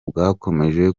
bwakomeje